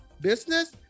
business